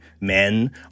men